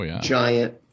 giant